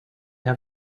have